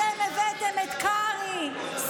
אתם הבאתם את קרעי,